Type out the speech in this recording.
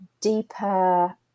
deeper